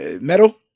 metal